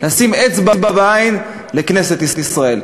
לשים אצבע בעין לכנסת ישראל.